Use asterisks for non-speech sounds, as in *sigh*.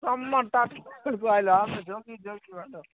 ସମ୍ମାନଟା *unintelligible* ଆମେ ଜଗି ଜଗି